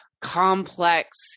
complex